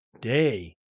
day